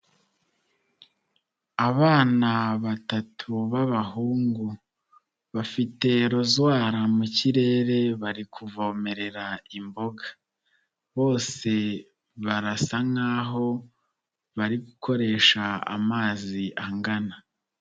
Abana batatu b'abahungu bafite rozwara mu kirere bari kuvomerera imboga, bose barasa nk'aho bari gukoresha amazi angana.